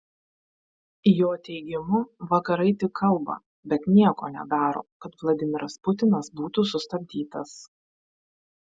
jo teigimu vakarai tik kalba bet nieko nedaro kad vladimiras putinas būtų sustabdytas